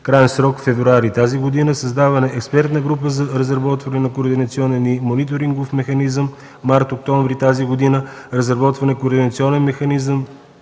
Краен срок – февруари тази година. Създаване на експертна група за разработване на координационен и мониторингов механизъм – март октомври тази година. Разработване на координационен механизъм,